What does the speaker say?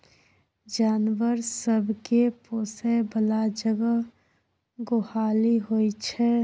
जानबर सब केँ पोसय बला जगह गोहाली होइ छै